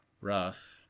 Rough